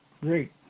great